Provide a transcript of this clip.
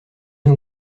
ont